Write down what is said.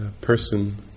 person